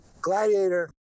Gladiator